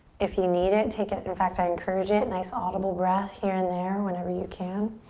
if you need it, take it, in fact i encourage it, nice audible breath here and there whenever you can.